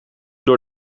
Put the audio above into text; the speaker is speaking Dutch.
door